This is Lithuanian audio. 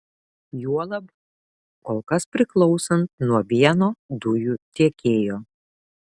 juolab kol kas priklausant nuo vieno dujų tiekėjo